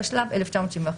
התשל"ב-1971,